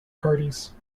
parties